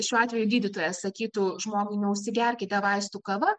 šiuo atveju gydytojas sakytų žmogui neužsigerkite vaistų kava